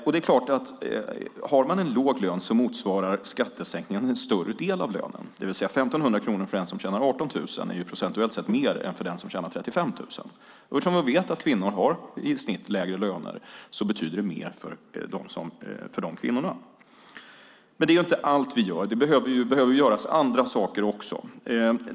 Om man har en låg lön är det klart att skattesänkningen motsvarar en större del av lönen, det vill säga 1 500 kronor för en som tjänar 18 000 är procentuellt sett mer än 1 500 kronor för den som tjänar 35 000. Och eftersom vi vet att kvinnor i snitt har lägre löner betyder det mer för de kvinnorna. Men det är inte allt vi gör. Det behöver göras andra saker också.